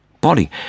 body